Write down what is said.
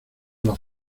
los